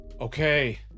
Okay